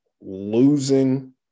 losing